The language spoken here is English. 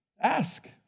Ask